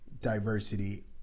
diversity